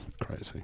crazy